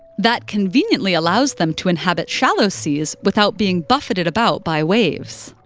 that conveniently allows them to inhabit shallow seas without being buffeted about by waves.